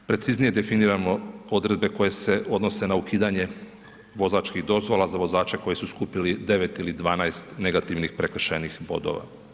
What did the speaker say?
Preciznije definiramo odredbe koje se odnose na ukidanje vozačkih dozvola za vozače koji su skupili 9 ili 12 negativnih prekršajnih bodova.